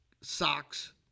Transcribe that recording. socks